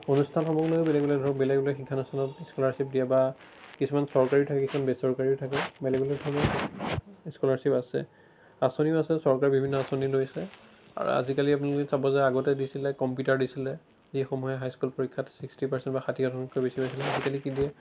অনুষ্ঠানসমূহ লৈও বেলেগ বেলেগ ধৰক বেলেগ বেলেগ শিক্ষানুষ্ঠানসমূহত স্কলাৰশ্বিপ দিয়ে বা কিছুমান চৰকাৰী থাকে বা কিছুমান বেচৰকাৰীও থাকে বেলেগ বেলেগ ধৰণৰ স্কলাৰশ্বিপ আছে আঁচনিও আছে চৰকাৰে বিভিন্ন আঁচনি লৈছে আৰু আজিকালি আমি যদি চাব যাওঁ আগতে দিছিলে কম্পিউটাৰ দিছিলে যিসমূহে হাই স্কুল পৰীক্ষাত ছিক্সটি পাৰ্চেণ্ট বা ষাঠি শতাংশতকৈ বেছি পাইছিলে আজিকালি কি দিয়ে